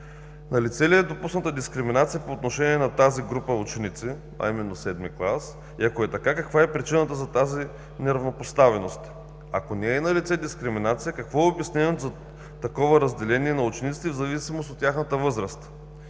налице ли е допусната дискриминация по отношение тази група ученици, а именно VII клас, и ако е така, каква е причината за тази неравнопоставеност? Ако не е налице дискриминация, какво е обяснението за такова разделение на учениците в зависимост от тяхната възраст?